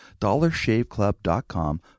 dollarshaveclub.com